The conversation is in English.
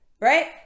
Right